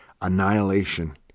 annihilation